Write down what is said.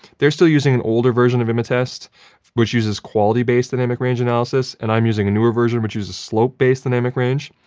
they're still using an older version of imatest, which uses quality-based dynamic range analysis and i'm using a new version which uses a slope-based dynamic range.